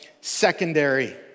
secondary